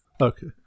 okay